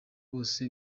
bose